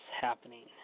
happening